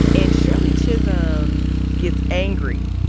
and shirley chisholm gets angry.